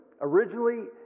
originally